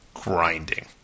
Grinding